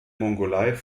mongolei